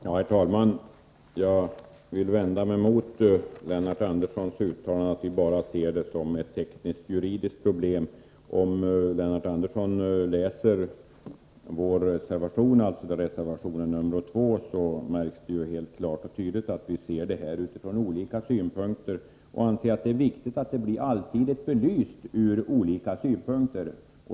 Herr talman! Jag vill vända mig mot Lennart Anderssons uttalande att vi bara ser detta som ett tekniskt-juridiskt problem. Om Lennart Andersson läser vår reservation nr 2 märker han helt klart och tydligt att vi ser frågan från olika synpunkter. Vi anser att det är viktigt att frågan blir allsidigt belyst.